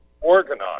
organized